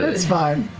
it's fine.